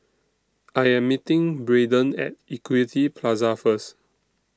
I Am meeting Brayden At Equity Plaza First